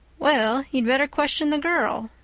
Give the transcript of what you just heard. well, you'd better question the girl,